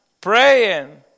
Praying